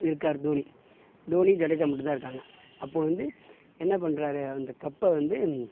இருக்கார் தோனி தோனி ஜடேஜா மட்டும்தான் இருக்காங்க அப்போது வந்து என்ன பண்ணுறாரு அந்த கப்பை வந்து